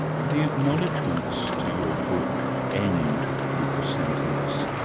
the acknowledgments to your book end with the sentence,